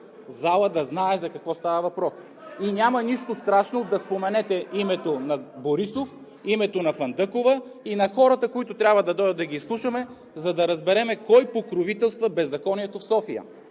зала да знае за какво става въпрос. Няма нищо страшно да споменете името на Борисов, името на Фандъкова и на хората, които трябва да дойдат да изслушаме, за да разберем: кой покровителства беззаконието в София,